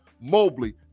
Mobley